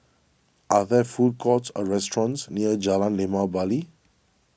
are there food courts or restaurants near Jalan Limau Bali